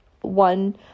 one